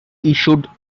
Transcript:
issued